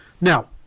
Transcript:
Now